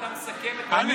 אתה מסכם את הדיון?